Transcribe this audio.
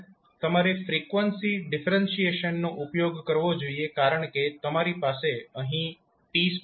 તમારે ફ્રીક્વન્સી ડિફરેન્શીએશનનો ઉપયોગ કરવો જોઈએ કારણ કે તમારી પાસે અહીં t2 છે